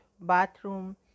bathroom